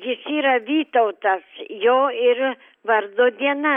jis yra vytautas jo ir vardo diena